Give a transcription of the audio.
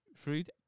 Fruit